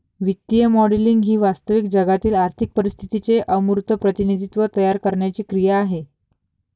वित्तीय मॉडेलिंग ही वास्तविक जगातील आर्थिक परिस्थितीचे अमूर्त प्रतिनिधित्व तयार करण्याची क्रिया आहे